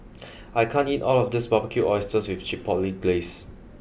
I can't eat all of this Barbecued Oysters with Chipotle Glaze